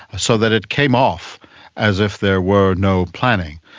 so that it came off as if there were no planning.